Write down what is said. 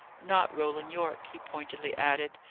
not roland yorke, he pointedly added.